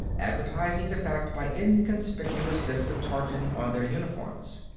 advertising the fact by inconspicuous bits of tartan on their uniforms.